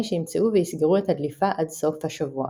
שימצאו ויסגרו את הדליפה עד סוף השבוע.